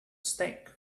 stake